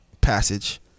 passage